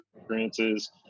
experiences